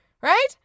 Right